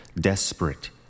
desperate